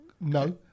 No